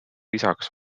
isaks